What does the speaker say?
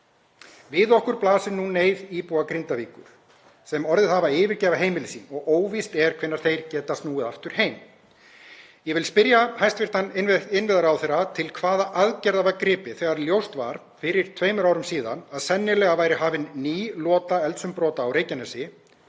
Við okkur blasir nú neyð íbúa Grindavíkur sem orðið hafa að yfirgefa heimili sín og óvíst er hvenær þeir geta snúið aftur heim. Ég vil spyrja hæstv. innviðaráðherra til hvaða aðgerða var gripið þegar ljóst var fyrir tveimur árum síðan að sennilega væri hafin ný lota eldsumbrota á Reykjanesi